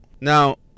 Now